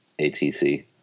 ATC